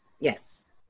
yes